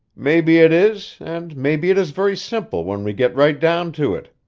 maybe it is, and maybe it is very simple when we get right down to it,